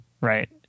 right